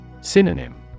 Synonym